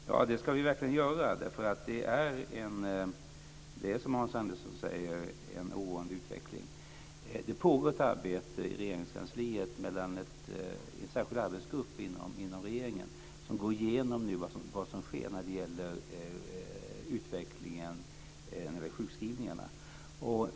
Fru talman! Ja, det ska vi verkligen göra, därför att det är, som Hans Andersson säger, en ovanlig utveckling. Det pågår ett arbete i en särskild arbetsgrupp inom regeringen som går igenom utvecklingen när det gäller sjukskrivningarna.